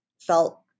felt